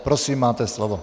Prosím, máte slovo.